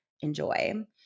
enjoy